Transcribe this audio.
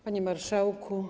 Panie Marszałku!